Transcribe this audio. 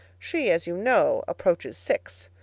she, as you know, approaches six.